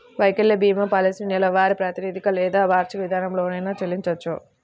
వైకల్య భీమా పాలసీలను నెలవారీ ప్రాతిపదికన లేదా వార్షిక విధానంలోనైనా చెల్లించొచ్చు